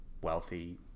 wealthy